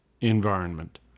environment